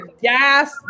yes